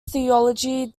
theology